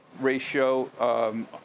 ratio